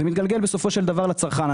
זה יתגלגל בסופו של דבר לצרכן.